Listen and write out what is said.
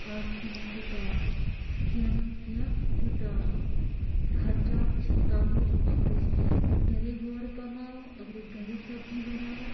آز چھِنہٕ تیٛوٗتاہ زینان کیٚنٛہہ یوٗتاہ خرچات چھِ تَؤے موٗجوٗب اَگر أسۍ گھرے وٲر کَماوو اَگر أسۍ گھرے سَبزی بَناوو